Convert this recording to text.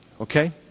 Okay